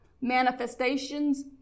manifestations